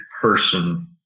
person